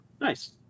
Nice